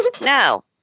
No